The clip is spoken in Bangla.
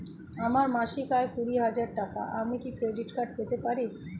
আমার মাসিক আয় কুড়ি হাজার টাকা আমি কি ক্রেডিট কার্ড পেতে পারি?